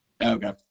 Okay